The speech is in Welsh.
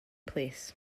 plîs